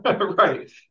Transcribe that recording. Right